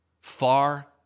far